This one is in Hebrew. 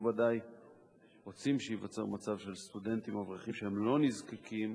ודאי שאיננו רוצים שייווצר מצב שסטודנטים אברכים שהם לא נזקקים,